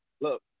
Look